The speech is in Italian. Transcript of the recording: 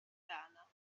rana